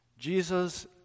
Jesus